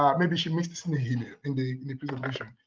um maybe she missed this in the you know in the in the presentation.